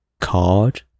card